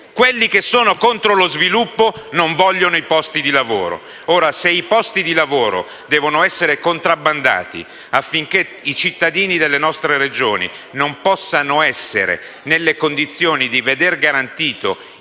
coloro che sono contro lo sviluppo non vogliono i posti di lavoro. Se i posti di lavoro devono essere contrabbandati affinché i cittadini delle nostre Regioni non possano essere nelle condizioni di veder garantito